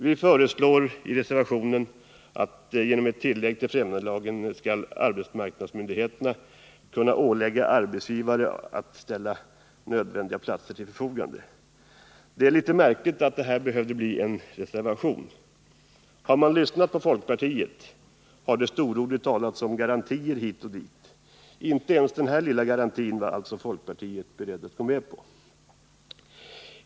Vi föreslår i reservationen att arbetsmarknadsmyndigheterna genom ett tillägg till främjandelagen skall ges möjligheter att ålägga arbetsgivare att ställa nödvändiga platser till förfogande. Det är litet märkligt att dessa synpunkter har måst framföras i form av en reservation. Folkpartiet talar storordigt titt och tätt om garantier, men inte ens denna lilla garanti är folkpartiet berett att ge.